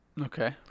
Okay